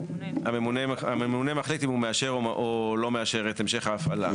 הממונה מחליט אם הוא מאשר או לא מאשר את המשך ההפעלה,